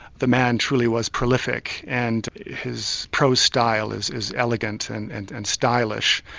the man truly was prolific, and his prose style is is elegant and and and stylish.